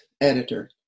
editor